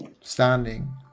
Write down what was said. standing